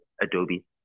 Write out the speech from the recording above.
Adobe